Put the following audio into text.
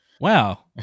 Wow